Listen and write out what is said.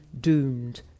doomed